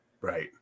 Right